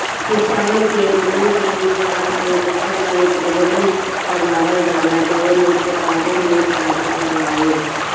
किसान के मन के हिसाब से नसल के प्रजनन करवावल जाला जवन उत्पदान में फायदा करवाए